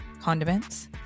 condiments